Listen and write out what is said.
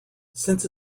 since